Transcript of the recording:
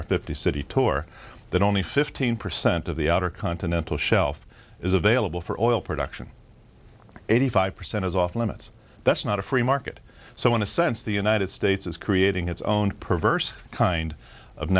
our fifty city tour that only fifteen percent of the outer continental shelf is available for oil production eighty five percent is off limits that's not a free market so in a sense the united states is creating its own perverse kind of